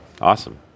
Awesome